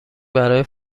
برای